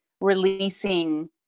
releasing